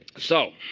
so